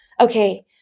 okay